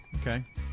Okay